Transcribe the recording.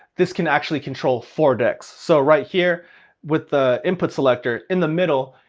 this can actually control four decks. so right here with the input selector, in the middle,